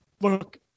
look